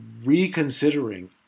reconsidering